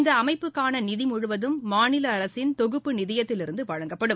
இந்த அமைப்புக்கான நிதி முழுவதம் மாநில அரசின் தொகுப்பு நிதியத்தில் இருந்து வழங்கப்படும்